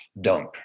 dump